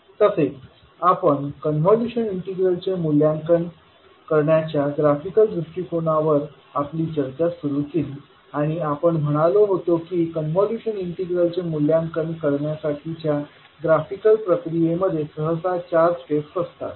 तसेच आपण कॉन्व्होल्यूशन इंटीग्रलचे मूल्यांकन करण्याच्या ग्राफिकल दृष्टिकोनावर आपली चर्चा सुरू केली आणि आपण म्हणालो होतो की कन्व्होल्यूशन इंटिग्रलचे मूल्यांकन करण्यासाठीच्या ग्राफिकल प्रक्रियेमध्ये सहसा चार स्टेप्स असतात